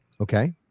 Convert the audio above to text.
okay